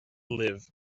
live